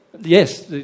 Yes